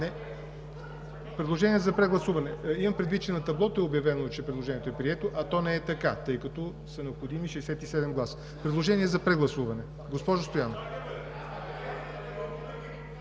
въздържали се 21. Имам предвид, че на таблото е обявено, че предложението е прието, а то не е така, тъй като са необходими 67 гласа. Предложение за прегласуване? Госпожо Стоянова?